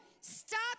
stop